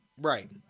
Right